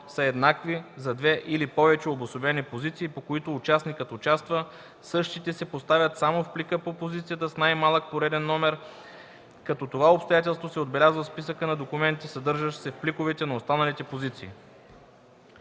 са еднакви за две или повече обособени позиции, по които участникът участва, същите се поставят само в плика по позицията с най-малък пореден номер, като това обстоятелство се отбелязва в списъка на документите, съдържащ се в пликовете на останалите позиции.“